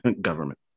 Government